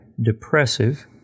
depressive